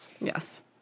Yes